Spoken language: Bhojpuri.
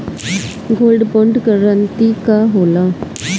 गोल्ड बोंड करतिं का होला?